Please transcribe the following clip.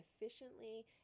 efficiently